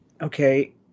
okay